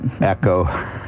echo